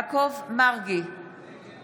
לא, הוא מביא את זה.